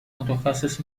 متخصص